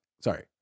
Sorry